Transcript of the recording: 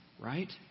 right